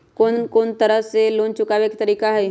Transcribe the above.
कोन को तरह से लोन चुकावे के तरीका हई?